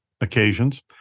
occasions